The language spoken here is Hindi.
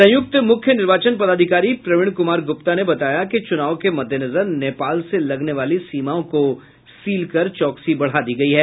संयुक्त मुख्य निर्वाचन पदाधिकारी प्रवीण कुमार गुप्ता ने बताया कि चुनाव के मद्देनजर नेपाल से लगने वाली सीमाओं को सील कर चौकसी बढ़ा दी गयी है